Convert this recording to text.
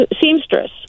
seamstress